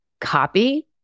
copy